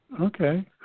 Okay